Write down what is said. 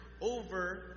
over